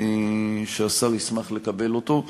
שהשר ישמח לקבל אותם.